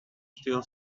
still